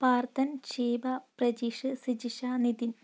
Parthan Sheeba Prajeesh Sijisha Nitin